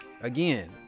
again